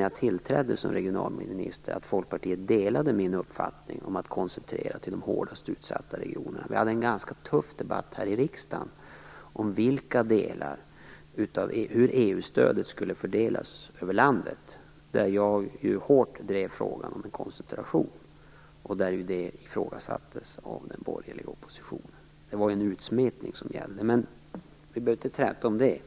jag tillträdde som regionalminister uppfattade jag det inte som att Folkpartiet delade min uppfattning, att det skulle ske en koncentration till de hårdast utsatta regionerna. Vi hade en ganska tuff debatt här i kammaren om vilka delar av EU stödet som skulle fördelas över landet. Jag drev då hårt frågan om en koncentration, men detta ifrågasattes av den borgerliga oppositionen. För den var det en utsmetning som gällde. Men vi behöver inte träta om det.